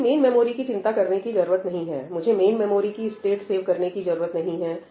मुझे main memory की चिंता करने की जरूरत नहीं है मुझे मेन मेमोरी की स्टेट सेव करने की जरूरत नहीं है